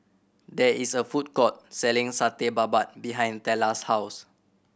there is a food court selling Satay Babat behind Tella's house